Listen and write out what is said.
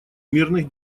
мирных